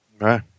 right